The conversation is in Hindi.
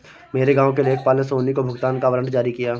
मेरे गांव के लेखपाल ने सोनी को भुगतान का वारंट जारी किया